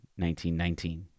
1919